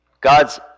God's